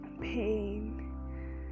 pain